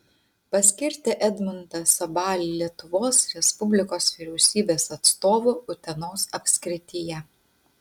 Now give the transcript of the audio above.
paskirti edmundą sabalį lietuvos respublikos vyriausybės atstovu utenos apskrityje